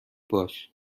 باش